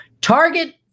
Target